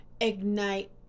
ignite